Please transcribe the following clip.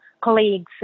colleagues